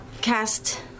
cast